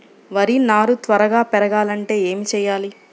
వరి నారు త్వరగా పెరగాలంటే ఏమి చెయ్యాలి?